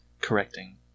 Correcting